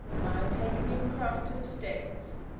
my taking you across to the states.